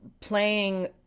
playing